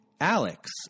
Alex